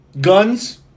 Guns